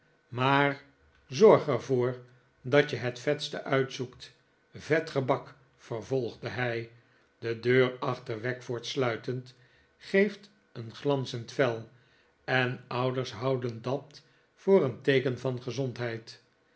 maar zorg er voor dat je het vetste uitzoekt vet gebak vervolgde hij de deur achter wackford sluitend geeft een glanzend vel en ouders houden dat voor een teeken van gezondheid